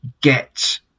get